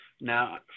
Now